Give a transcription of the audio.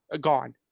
Gone